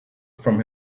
from